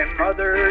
mother